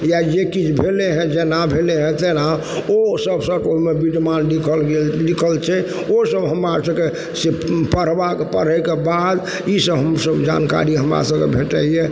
या जे किछु भेलय हइ जेना भेलय हइ तेना ओ सब सब ओइमे विद्यमान लिखल गेल लिखल छै ओ सब हमरा सबके से पढ़बा से पढ़यके बाद ईसब हमसब जानकारी हमरा सबके भेटइए